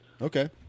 Okay